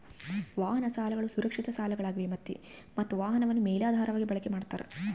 ವಾಹನ ಸಾಲಗಳು ಸುರಕ್ಷಿತ ಸಾಲಗಳಾಗಿವೆ ಮತ್ತ ವಾಹನವನ್ನು ಮೇಲಾಧಾರವಾಗಿ ಬಳಕೆ ಮಾಡ್ತಾರ